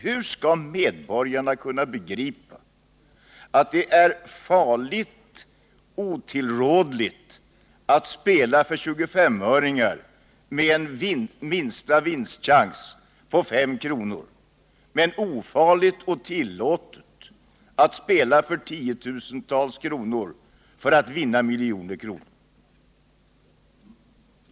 Hur skall då medborgarna kunna begripa att det är farligt och otillåtet att spela för 25-öringar med en högsta vinstchans på 5 kr., medan det är ofarligt och tillåtet att spela för tiotusentals kronor med chans att vinna miljoner kronor?